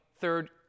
third